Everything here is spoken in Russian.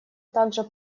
также